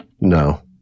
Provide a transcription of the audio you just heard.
No